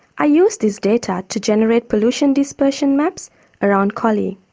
i used this data to generate pollution dispersion maps around collie.